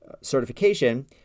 certification